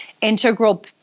integral